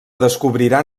descobrirà